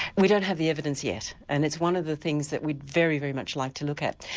we don't have the evidence yet and it's one of the things that we'd very very much like to look at.